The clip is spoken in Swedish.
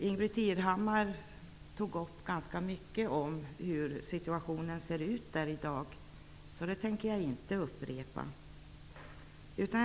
Ingbritt Irhammar tog upp ganska mycket om hur situationen ser ut där i dag, och jag tänker inte upprepa det.